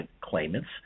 claimants